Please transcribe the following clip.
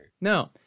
No